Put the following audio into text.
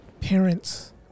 parents